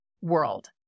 world